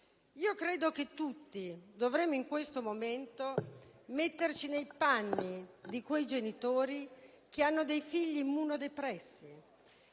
Credo che tutti dovremmo in questo momento metterci nei panni di quei genitori che hanno dei figli immunodepressi,